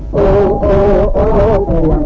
oh